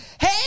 Hey